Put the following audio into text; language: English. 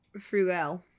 Frugal